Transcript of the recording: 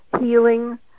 healing